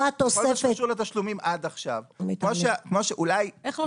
לא התוספת --- אולי לא